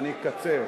ואני אקצר.